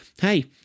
hey